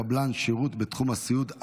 קבלן שירות בתחום הסיעוד),